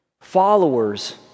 Followers